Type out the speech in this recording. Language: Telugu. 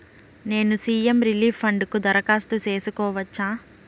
నేను సి.ఎం రిలీఫ్ ఫండ్ కు దరఖాస్తు సేసుకోవచ్చా?